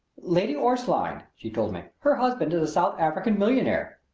lady orstline, she told me. her husband is a south african millionaire.